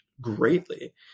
greatly